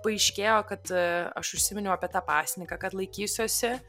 paaiškėjo kad aš užsiminiau apie tą pasniką kad laikysiuosi